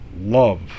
love